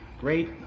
great